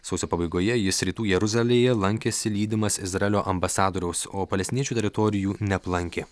sausio pabaigoje jis rytų jeruzalėje lankėsi lydimas izraelio ambasadoriaus o palestiniečių teritorijų neaplankė